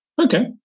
okay